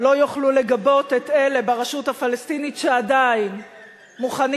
לא יוכלו לגבות את אלה ברשות הפלסטינית שעדיין מוכנים